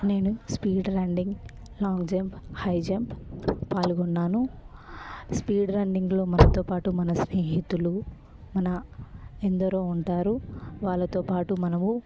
నేను speed running long jump high jump పాల్గొన్నాను speed రన్నింగ్లో మనతోపాటు మన స్నేహితులూ మన ఎందరో ఉంటారు వాళ్ళతోపాటు మనము